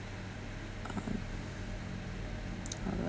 um how do I